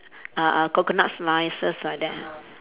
uh uh coconut slices like that ah